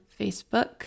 Facebook